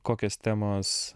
kokios temos